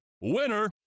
Winner